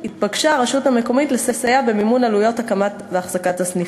התבקשה הרשות המקומית לסייע במימון עלויות הקמת והחזקת הסניפים.